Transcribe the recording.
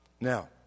Now